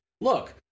look